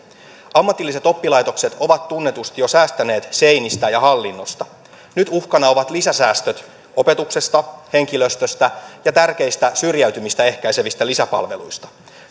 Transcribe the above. ammatilliset oppilaitokset ovat tunnetusti jo säästäneet seinistään ja hallinnosta nyt uhkana ovat lisäsäästöt opetuksesta henkilöstöstä ja tärkeistä syrjäytymistä ehkäisevistä lisäpalveluista